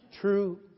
true